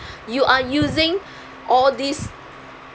you are using all these